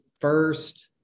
first